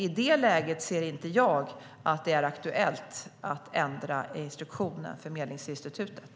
I det läget ser jag inte att det är aktuellt att ändra instruktionen för Medlingsinstitutet.